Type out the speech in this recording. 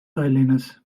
tallinnas